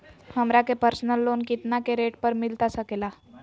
हमरा के personal loan कितना के रेट पर मिलता सके ला?